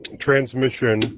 transmission